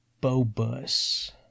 Bobus